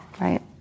right